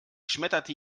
schmetterte